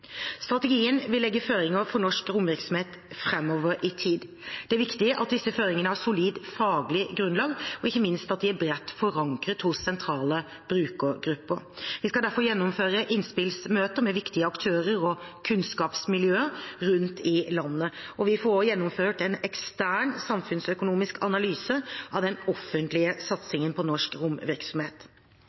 Strategien vil legge føringer for norsk romvirksomhet framover i tid. Det er viktig at disse føringene har solid faglig grunnlag, og ikke minst at de er bredt forankret hos sentrale brukergrupper. Vi skal derfor gjennomføre innspillsmøter med viktige aktører og kunnskapsmiljøer rundt om i landet, og vi får også gjennomført en ekstern samfunnsøkonomisk analyse av den offentlige satsingen på norsk romvirksomhet.